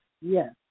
Yes